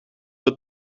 het